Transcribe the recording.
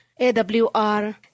AWR